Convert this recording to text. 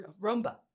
Rumba